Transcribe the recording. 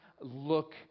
look